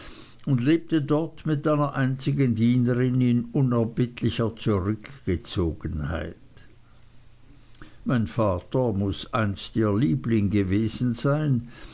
und lebte dort mit einer einzigen dienerin in unerbittlicher zurückgezogenheit mein vater mußte einst ihr liebling gewesen sein